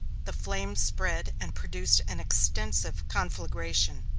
the flames spread and produced an extensive conflagration,